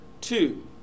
two